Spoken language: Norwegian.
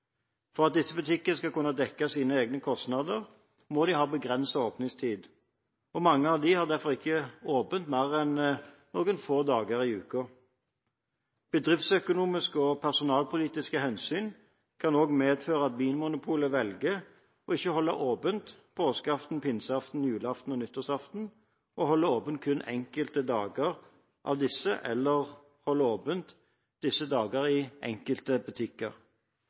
For at disse butikkene skal kunne dekke sine egne kostnader, må de ha begrenset åpningstid, og mange av dem har derfor ikke åpent mer enn noen få dager i uken. Bedriftsøkonomiske og personalpolitiske hensyn kan også medføre at Vinmonopolet velger å ikke holde åpent påskeaften, pinseaften, julaften og nyttårsaften og holde åpent kun enkelte av disse dagene eller holde åpent disse dagene i enkelte butikker.